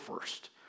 first